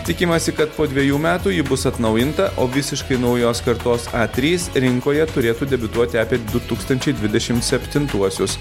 tikimasi kad po dviejų metų ji bus atnaujinta o visiškai naujos kartos a trys rinkoje turėtų debiutuoti apie du tūkstančiai dvidešim septintuosius